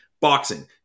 boxing